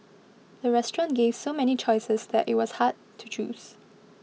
the restaurant gave so many choices that it was hard to choose